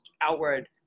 outward